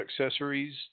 accessories